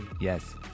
yes